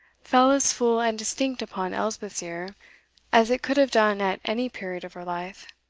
fell as full and distinct upon elspeth's ear as it could have done at any period of her life.